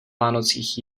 vánocích